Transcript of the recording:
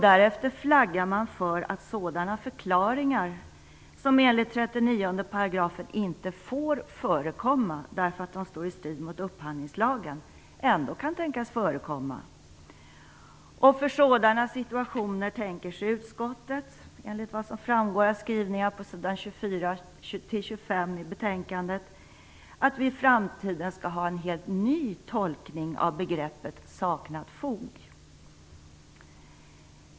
Därefter flaggar man för att sådana förklaringar, som enligt 39 § inte får förekomma därför att de strider mot upphandlingslagen ändå kan tänkas förekomma. För sådana situationer tänker sig utskottet, enligt skrivningarna på sidorna 24 och 25 i betänkandet, att vi i framtiden skall ha en helt ny tolkning av begreppet "saknat fog".